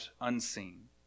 unseen